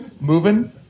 moving